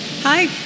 Hi